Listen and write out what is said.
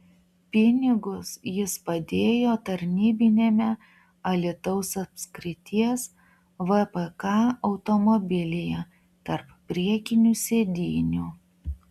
pinigus jis padėjo tarnybiniame alytaus apskrities vpk automobilyje tarp priekinių sėdynių